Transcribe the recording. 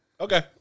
Okay